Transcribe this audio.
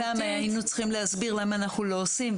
מדי פעם היינו צריכים להסביר למה אנחנו עושים,